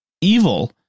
evil